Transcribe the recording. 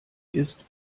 ist